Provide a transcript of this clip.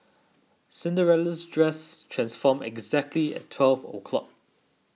Cinderella's dress transformed exactly at twelve o' clock